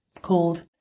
called